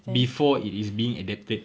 before it is being adapted